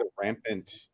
rampant